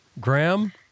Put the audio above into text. Graham